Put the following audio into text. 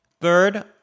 Third